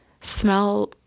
smell